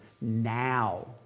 now